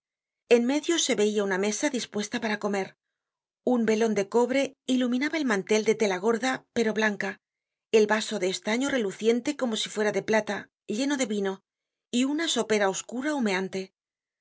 en medio se veia una mesa dispuesta para comer un velon de cobre iluminaba el mantel de tela gorda pero blanca el vaso de estaño reluciente como si fuera de plata lleno de vino y una sopera oscura humeante